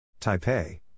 Taipei